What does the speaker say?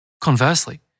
Conversely